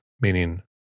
meaning